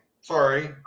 Sorry